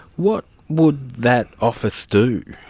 what would that office do?